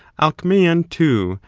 alcmaeon, too,